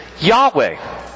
Yahweh